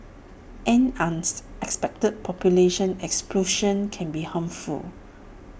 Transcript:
an expected population explosion can be harmful